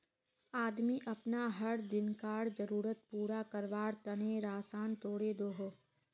आदमी अपना हर दिन्कार ज़रुरत पूरा कारवार तने राशान तोड़े दोहों